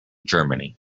germany